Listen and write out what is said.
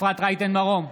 אפרת רייטן מרום,